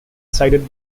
sided